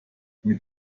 mit